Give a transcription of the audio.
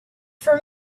for